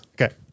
Okay